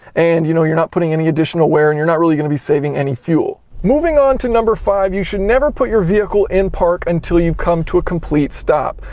and you know you're not putting any additional wear, and you're not really going to be saving any fuel. moving on to number five, you should never put your vehicle into and park until you've come to a complete stop.